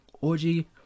Orgy